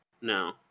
No